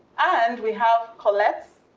and we have colette